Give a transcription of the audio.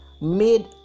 made